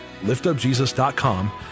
liftupjesus.com